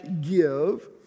give